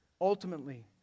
ultimately